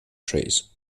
trees